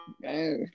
No